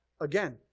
Again